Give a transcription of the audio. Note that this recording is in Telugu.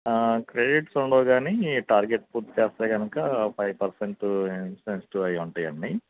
క్రెడిట్స్ ఉండవు కానీ టార్గెట్స్ పూర్తిచేస్తే కనుక ఫైవ్ పర్సెంట్ ఇన్సెన్సిటివ్ అయి ఉంటాయండి